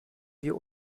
wir